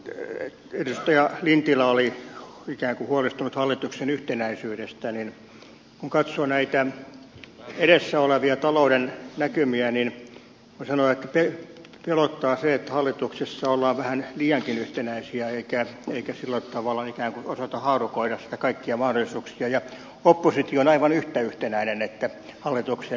vaikka edustaja lintilä oli ikään kuin huolestunut hallituksen yhtenäisyydestä niin kun katsoo näitä edessä olevia talouden näkymiä voi sanoa että pelottaa se että hallituksessa ollaan vähän liiankin yhtenäisiä eikä sillä tavalla ikään kuin osata haarukoida kaikkia mahdollisuuksia ja oppositio on aivan yhtä yhtenäinen hallitukseen nähden